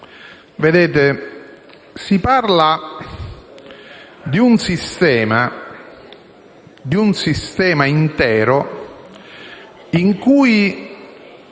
Vedete, si parla di un sistema intero, in cui